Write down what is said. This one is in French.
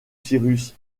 cyrus